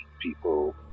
people